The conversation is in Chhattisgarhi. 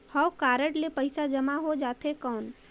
हव कारड ले पइसा जमा हो जाथे कौन?